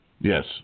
Yes